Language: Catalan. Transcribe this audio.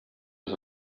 les